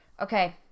Okay